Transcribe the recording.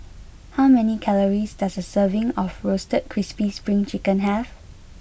how many calories does a serving of roasted crispy spring chicken have